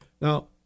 Now